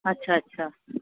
अच्छा अच्छा